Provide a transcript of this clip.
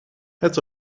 het